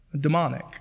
demonic